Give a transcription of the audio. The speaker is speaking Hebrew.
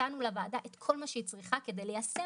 נתנו לוועדה את כל מה שהיא צריכה כדי ליישם